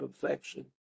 perfection